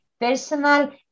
personal